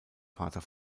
vater